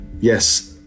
yes